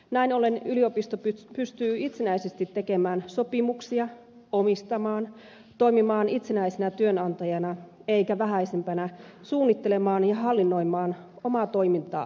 näin ollen yliopisto pystyy itsenäisesti tekemään sopimuksia omistamaan toimimaan itsenäisenä työnantajana ja eikä vähäisimpänä suunnittelemaan ja hallinnoimaan omaa toimintaansa ja talouttaan